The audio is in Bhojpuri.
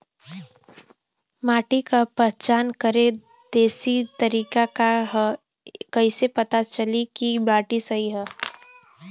माटी क पहचान करके देशी तरीका का ह कईसे पता चली कि माटी सही ह?